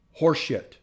horseshit